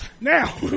Now